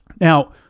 Now